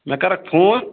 مےٚ کَرَکھ فون